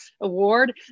award